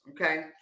okay